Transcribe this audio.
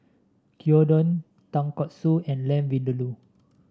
Gyudon Tonkatsu and Lamb Vindaloo